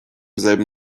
selben